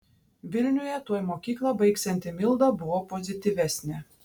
vilniuje tuoj mokyklą baigsianti milda buvo pozityvesnė